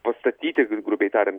pastatyti grubiai tariant